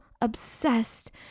obsessed